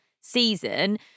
season